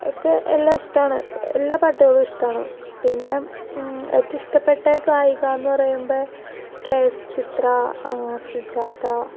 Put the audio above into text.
ഒക്കെ എല്ലാം ഇഷ്ടമാണ് എല്ലാ പാട്ടുകളും ഇഷ്ടമാണ് പിന്നെ ഏറ്റവും ഇഷ്ടപ്പെട്ട ഗായിക എന്ന് പറയുമ്പം കെ എസ് ചിത്ര സുജാത